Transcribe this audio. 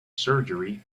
surgery